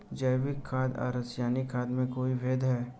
जैविक खाद और रासायनिक खाद में कोई भेद है?